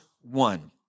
one